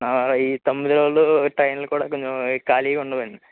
ఈ తొమ్మిది రోజులు ట్రైన్లు కూడా కొంచెం ఖాళీ ఉండవండి